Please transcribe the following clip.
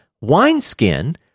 wineskin